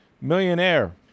Millionaire